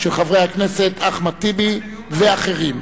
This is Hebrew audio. של חברי הכנסת אחמד טיבי ואחרים.